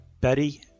Betty